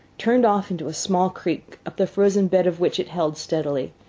turned off into a small creek, up the frozen bed of which it held steadily.